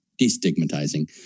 destigmatizing